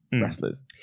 wrestlers